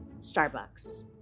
Starbucks